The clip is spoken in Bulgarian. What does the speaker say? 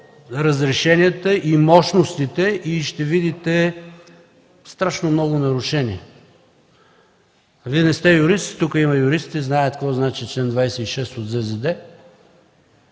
разрешенията и мощностите и ще видите страшно много нарушения. Вие не сте юрист, тук има юристи и знаят какво значи чл. 26 от ЗЗД,